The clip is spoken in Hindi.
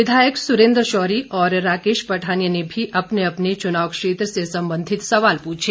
विधायक सुरेद्र शौरी और राकेश पठानिया ने भी अपने अपने चुनाव क्षेत्र से संबंधित सवाल पूछे